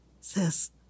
says